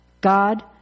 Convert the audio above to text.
God